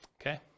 okay